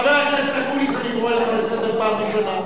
חבר הכנסת אקוניס, אני קורא אותך לסדר פעם ראשונה.